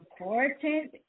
important